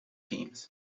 teams